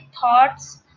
thoughts